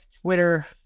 Twitter